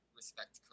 respect